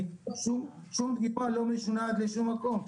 שום דגימה לא משונעת לשום מקום.